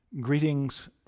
greetings